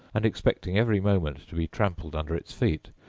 and expecting every moment to be trampled under its feet,